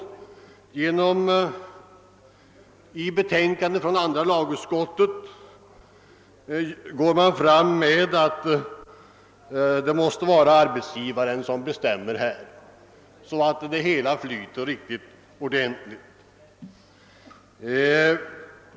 Som en röd tråd genom andra lagutskottets utlåtande går uppfattningen att det måste vara arbetsgivaren som bestämmer om det hela skall flyta riktigt.